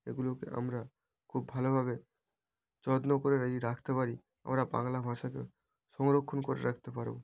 এগুলোকে আমরা খুব ভালোভাবে যত্ন করে রেই রাখতে পারি আমরা বাংলা ভাষাকে সংরক্ষণ করে রাখতে পারবো